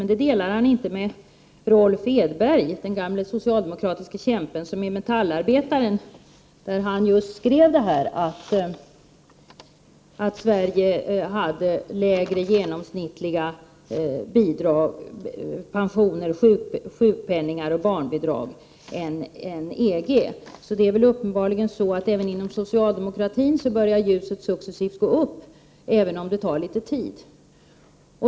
Men den uppfattningen delar han inte med Rolf Edberg, den gamle socialdemokratiske kämpen, som i Metallarbetaren skrev just detta att Sverige hade lägre genomsnittliga bidrag, pensioner, sjukpenning och barnbidrag än EG. Även inom socialdemokratin börjar uppenbarligen ljuset successivt att gå upp, även om det tar litet tid.